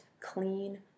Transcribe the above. clean